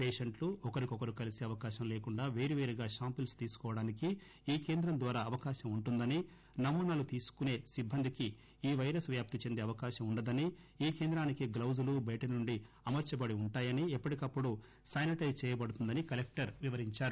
పేషెంట్లు ఒకరికొకరు కలీస అవకాశం లేకుండా పేరు వేరుగా శాంపిల్ప్ తీసుకోవడానికి ఈ కేంద్రం ద్వారా అవకాశం ఉంటుందని నమూనాలు తీసుకునే సిబ్బందికి ఈ వైరస్ వ్యాప్తి చెందే అవకాశం ఉండదని ఈ కేంద్రానికి గ్లొజులు బయటనుండి అమర్చబడి ఉంటాయని ఎప్పటికప్పుడు సానిటైజ్ చేయబడుతుందని కలెక్టర్ వివరించారు